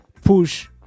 push